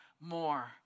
more